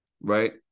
Right